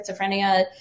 schizophrenia